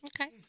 Okay